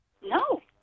No